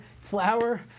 flour